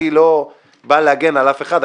אני לא בא להגן על אף אחד,